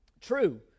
True